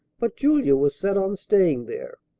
but julia was set on staying there.